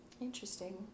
Interesting